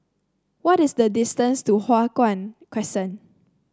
what is the distance to Hua Guan Crescent